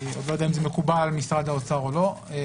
לא יודע עדיין אם זה מקובל על משרד האוצר א.